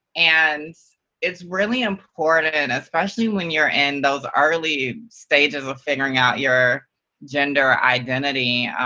and it's really important, and especially when you're in those early stages of figuring out your gender identity,